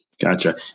Gotcha